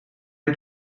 het